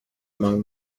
among